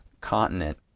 continent